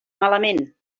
malament